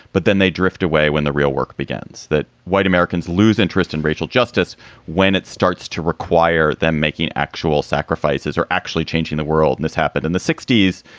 but then they drift away when the real work begins. that white americans lose interest in racial justice when it starts to require them making actual sacrifices or actually changing the world. this happened in the sixty s.